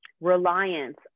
reliance